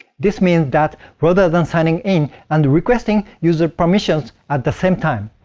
this means that, rather than signing in and requesting user permissions at the same time,